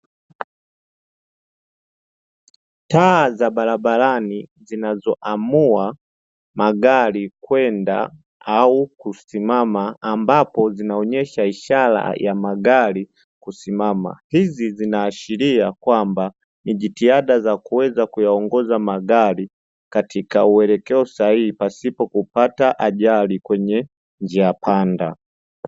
Taa za barabarani zinazoamua magari kwenda au kusimama ambapo zinaonyesha ishara ya magari kusimama, hizi zinaashiria kwamba ni jitihada za kuweza kuyaongoza magari katika uwelekeo sahihi pasipo kupata ajali kwenye njia panda.